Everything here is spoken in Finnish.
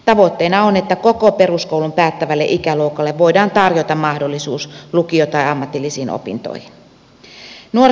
tavoitteena on että koko peruskoulun päättävälle ikäluokalle voidaan tarjota mahdollisuus lukio tai ammatillisiin opintoihin